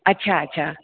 अच्छा अच्छा